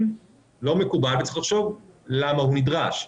זה לא מקובל וצריך לחשוב למה הוא נדרש.